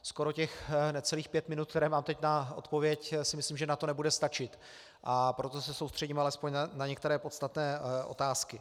Skoro těch necelých pět minut, které mám teď na odpověď, si myslím, že na to nebude stačit, a proto se soustředím alespoň na některé podstatné otázky.